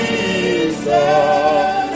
Jesus